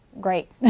Great